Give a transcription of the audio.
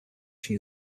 she